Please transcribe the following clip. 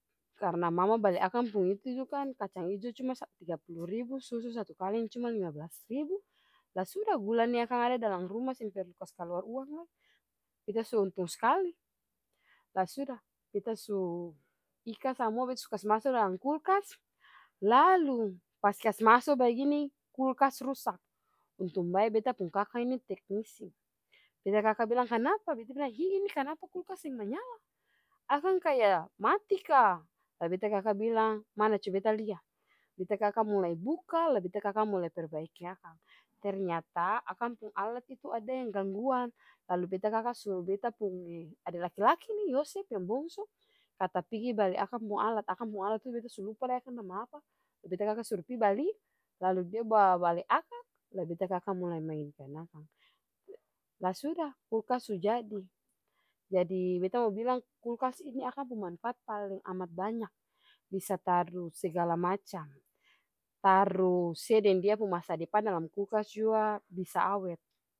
Karna mama bali akang pung itu tuh kan kacang ijo cum satu tiga pulu ribu, susu cuma satu kaleng cuma lima blas ribu lah suda gula nih ada dalam ruma seng perlu kasi kaluar uang lai beta su untung skali. Lah suda beta su ika samua beta su kasi maso dalam kulkas lalu pas kasi maso bagini kulkas rusak, untung bae beta pung kaka ini teknisi, beta kaka bilang kanapa beta bilang hi ini kanapa kulkas seng manyala akang kaya mati ka lah beta kaka bilang mana coba beta lia, beta kaka mulai buka lah beta kaka mulai perbaiki akang, ternyata akang pung alat itu ada yang gangguan lalu beta kaka suruh beta punge ade laki-laki nih yosep yang bongso kata pigi bali akang pung alat, akang pung alat tuh beta su lupa lai nama apa, beta kaka suru pi bali lalu dia bawa bale akang lah beta kaka mulai maingkan akang lah suda kulkas su jadi. Jadi beta mo bilang kulkas ini akang pung manfaat paleng amat banyak, bisa taru segala macam, taru se deng dia pung masa depan dalam kulkas jua bisa awet.